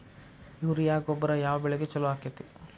Urea ಗೊಬ್ಬರ ಯಾವ ಬೆಳಿಗೆ ಛಲೋ ಆಕ್ಕೆತಿ?